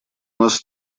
нас